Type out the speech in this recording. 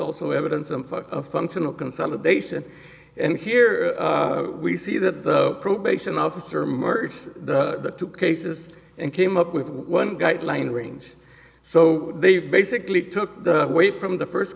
also evidence and a functional consolidation and here we see that the probation officer murders the two cases and came up with one guideline range so they basically took the weight from the first